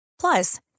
Plus